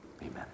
Amen